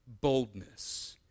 boldness